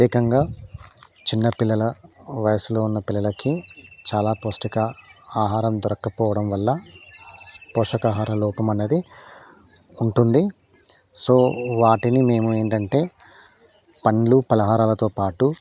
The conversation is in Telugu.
ప్రత్యేకంగా చిన్న పిల్లల వయసులో ఉన్న పిల్లలకి చాలా పౌష్టిక ఆహారం దొరకకపోవడం వల్ల పోషకాహార లోపం అనేది ఉంటుంది సో వాటిని మేము ఏంటంటే పండ్లు పలహారాలతో పాటు